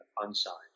unsigned